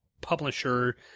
publisher